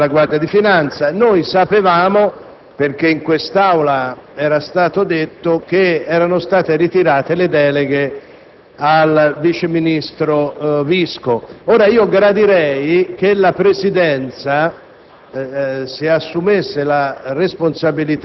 Ha ricevuto il nuovo Comandante generale della Guardia di finanza. Noi sapevamo, perche´ in quest’Aula cosıera stato detto, che erano state ritirate le deleghe al vice ministro Visco. Ora gradirei che la Presidenza